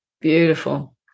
Beautiful